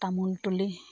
তামোল তুলি